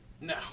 No